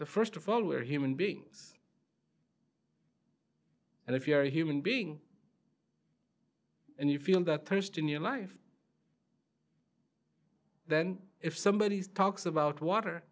the first of all we're human beings and if you're a human being and you feel that thirst in your life then if somebody talks about water